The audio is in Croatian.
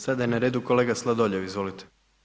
Sada je na redu kolega Sladoljev, izvolite.